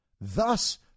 Thus